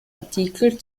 artikel